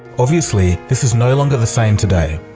obviously, this is no longer the same today.